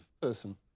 person